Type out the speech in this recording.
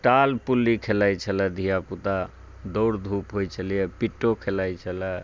टाल पुल्ली खेलाइ छलै धिआ पुता दौड़ धूप होइ छलै पिट्टो खेलाइ छलै